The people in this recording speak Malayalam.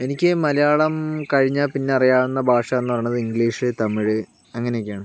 എനിക്ക് മലയാളം കഴിഞ്ഞാൽ പിന്നെ അറിയാവുന്ന ഭാഷ എന്ന് പറയണത് ഇംഗ്ലീഷ് തമിഴ് അങ്ങനെയൊക്കെയാണ്